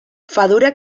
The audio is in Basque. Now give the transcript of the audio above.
fadura